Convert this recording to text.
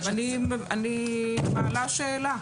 אני מעלה שאלה.